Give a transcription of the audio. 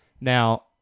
Now